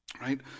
right